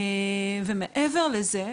מעבר לכך,